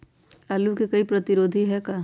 आलू के कोई प्रतिरोधी है का?